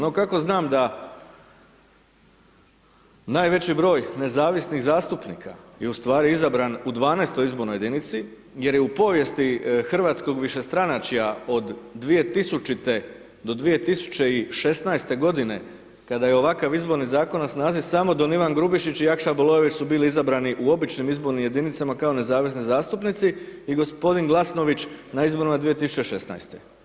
No kako znam da najveći broj nezavisnih zastupnika je u stvari izabran u 12 izbornoj jedinici jer je u povijesti hrvatskog višestranačja od 2000. do 2016. godine kada je ovakav izborni zakon na snazi samo don Ivan Grubišić i Jakša Bolove su bili izabrani u običnim izbornim jedinicama kao nezavisni zastupnici i gospodin Glasnović na izborima 2016.